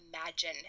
imagine